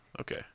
Okay